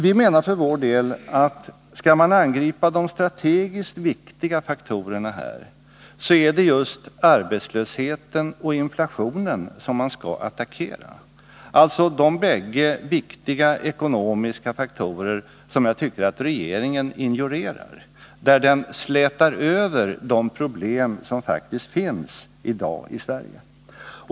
Vi menar för vår del att om man skall angripa de strategiskt viktiga faktorerna, är det just arbetslösheten och inflationen som man skall attackera, dvs. de bägge viktiga ekonomiska faktorer som jag tycker att regeringen ignorerar, när den släter över de problem som faktiskt finns i dag i Sverige.